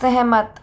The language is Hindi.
सहमत